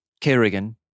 Kerrigan